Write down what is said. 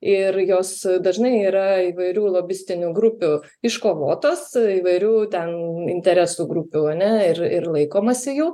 ir jos dažnai yra įvairių lobistinių grupių iškovotos įvairių ten interesų grupių ane ir ir laikomasi jų